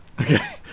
Okay